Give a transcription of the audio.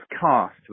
cast